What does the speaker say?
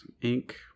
Ink